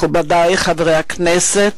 מכובדי חברי הכנסת,